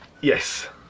Yes